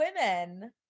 women